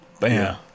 Bam